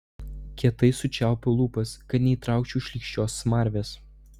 kietai sučiaupiau lūpas kad neįtraukčiau šlykščios smarvės